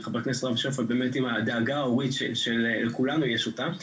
חבר הכנסת רם שפע באמת עם הדאגה ההורית שלכולנו יש אותה.